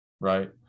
Right